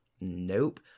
Nope